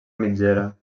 mitgera